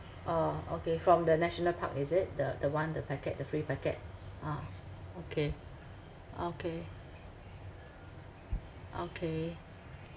uh okay from the national park is it the the one the packet the free packet ah okay okay okay